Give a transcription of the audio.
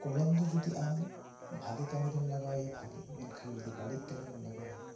ᱠᱚᱞᱚᱢ ᱫᱚ ᱡᱩᱫᱤ ᱟᱢ ᱵᱷᱟᱹᱜᱤ ᱠᱟᱹᱢᱤ ᱨᱮᱢ ᱞᱟᱜᱟᱣ ᱮᱭᱟ ᱵᱷᱟᱹᱜᱤ ᱢᱮᱱᱠᱷᱟᱱ ᱡᱩᱫᱤ ᱵᱟᱹᱲᱤᱡ ᱠᱟᱹᱢᱤ ᱨᱮᱢ ᱞᱟᱜᱟᱣᱮᱭᱟ